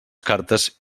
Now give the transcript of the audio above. cartes